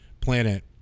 planet